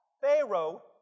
Pharaoh